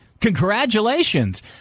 Congratulations